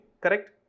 Correct